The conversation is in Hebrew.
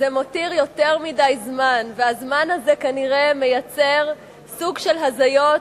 זה מותיר יותר מדי זמן והזמן הזה כנראה מייצר סוג של הזיות,